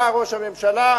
בא ראש הממשלה,